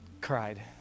cried